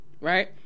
right